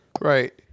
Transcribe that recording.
Right